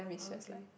okay